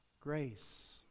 Grace